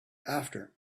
after